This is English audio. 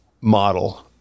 model